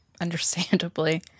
understandably